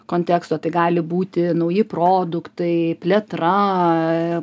konteksto tai gali būti nauji produktai plėtra